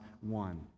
one